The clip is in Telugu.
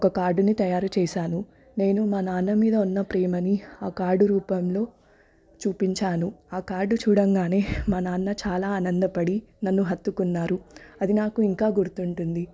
ఒక కార్డుని తయారుచేసాను నేను మా నాన్న మీద ఉన్న ప్రేమని కార్డు రూపంలో చూపించాను కార్డు చూడంగానే మా నాన్న చాలా ఆనందపడి నన్ను హత్తుకున్నారు అది నాకు ఇంకా గుర్తుంటుంది